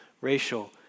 racial